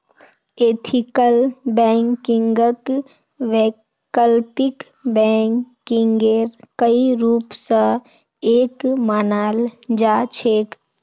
ethical बैंकिंगक वैकल्पिक बैंकिंगेर कई रूप स एक मानाल जा छेक